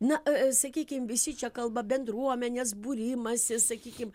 na sakykim visi čia kalba bendruomenės būrimąsi sakykim